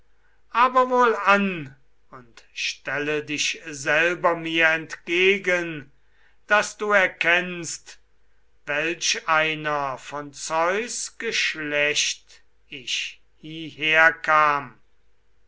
aber wohlan und stelle dich selber mir entgegen daß du erkennst welch einer von zeus geschlecht ich hierher kam